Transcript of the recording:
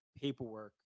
paperwork